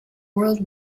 world